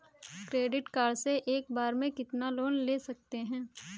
Credit card से एक बार में कितना लोन ले सकते हैं?